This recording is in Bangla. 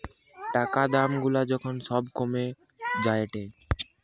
টাকা দাম গুলা যখন সব কমে যায়েটে